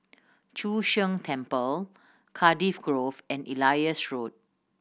Chu Sheng Temple Cardiff Grove and Elias Road